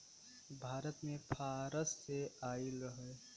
भारत मे फारस से आइल रहे